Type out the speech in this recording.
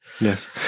Yes